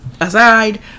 aside